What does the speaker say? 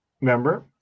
remember